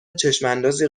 چشماندازی